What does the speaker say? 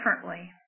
differently